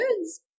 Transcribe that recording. words